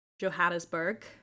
Johannesburg